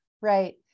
Right